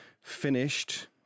finished